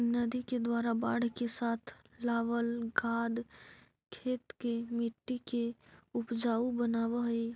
नदि के द्वारा बाढ़ के साथ लावल गाद खेत के मट्टी के ऊपजाऊ बनाबऽ हई